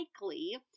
likely